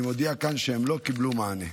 אני מודיע כאן שהם לא קיבלו מענה,